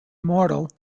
mortal